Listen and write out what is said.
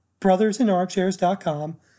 brothersinarmchairs.com